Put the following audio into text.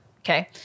Okay